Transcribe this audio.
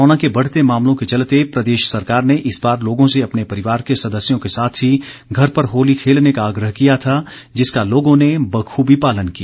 corona के बढ़ते मामलों के चलते प्रदेश सरकार ने इस बार लोगों से अपने परिवार के सदस्यों के साथ ही घर पर होली खेलने का आग्रह किया था जिसका लोगों ने बखूबी पालन किया